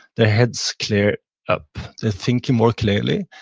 their heads clear up. they're thinking more clearly.